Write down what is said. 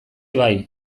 bai